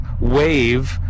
wave